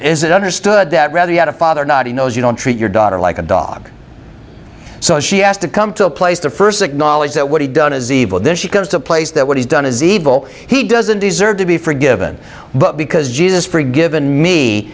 is it understood that rather you had a father not he knows you don't treat your daughter like a dog so she has to come to a place the first acknowledge that what he done is evil that she comes to a place that what he's done is evil he doesn't deserve to be forgiven but because